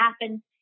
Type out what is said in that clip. happen